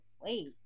wait